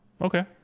Okay